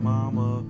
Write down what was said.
Mama